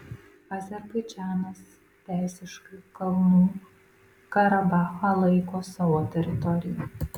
azerbaidžanas teisiškai kalnų karabachą laiko savo teritorija